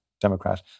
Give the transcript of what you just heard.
democrat